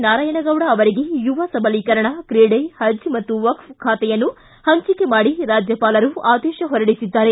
ನಾರಾಯಣಗೌಡ ಅವರಿಗೆ ಯುವ ಸಬಲೀಕರಣ ಕ್ರೀಡೆ ಹಜ್ ಮತ್ತು ವಕ್ಫ್ ಖಾತೆಯನ್ನು ಹಂಚಿಕೆ ಮಾಡಿ ರಾಜ್ಯಪಾಲರು ಆದೇಶ ಹೊರಡಿಸಿದ್ದಾರೆ